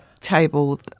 table